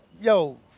yo